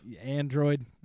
Android